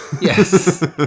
Yes